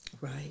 Right